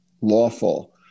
lawful